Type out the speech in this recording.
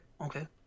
okay